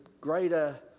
greater